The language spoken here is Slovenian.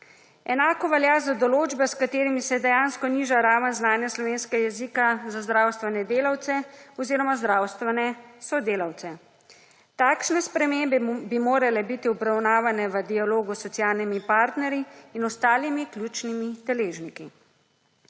Enako velja za določbe s katerimi se dejansko niža raven znanja slovenskega jezika za zdravstvene delavce oziroma zdravstvene sodelavce. Takšne spremembe bi morale biti obravnavane v dialogu s socialnimi partnerji in ostalimi ključnimi deležniki.